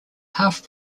half